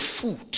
foot